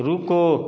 रुको